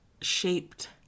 shaped